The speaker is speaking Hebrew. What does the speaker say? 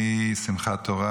משמחת תורה,